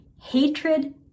hatred